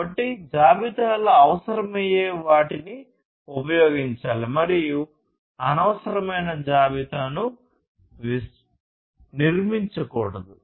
కాబట్టి జాబితా లో అవసరమయ్యే వాటిని ఉపయోగించాలి మరియు అనవసరమైన జాబితాలను నిర్మించకూడదు